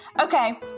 Okay